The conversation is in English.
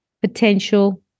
potential